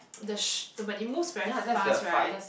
the sh~ the when it moves very fast right